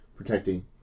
protecting